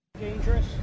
Dangerous